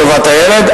טובת הילד,